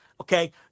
Okay